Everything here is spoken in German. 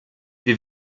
wir